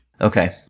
Okay